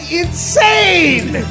insane